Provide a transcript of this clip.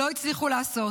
לא הצליחו לעשות,